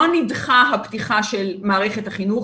לא נדחתה הפתיחה של מערכת החינוך,